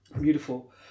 Beautiful